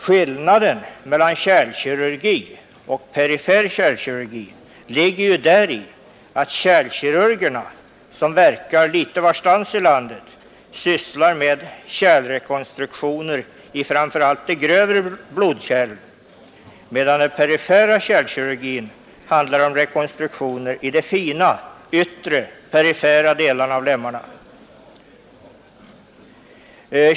Skillnaden mellan kärlkirurgi och perifer kärlkirurgi ligger däri att kärlkirurgerna, som verkar litet varstans i landet, sysslar med kärlrekonstruktioner framför allt i de grövre blodkärlen, medan den perifera kärlkirurgin handlar om kärlrekonstruktioner i de fina, yttre delarna av lemmarna.